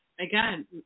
Again